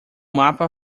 mapa